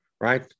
right